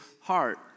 heart